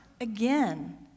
again